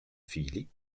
fili